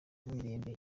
mirembe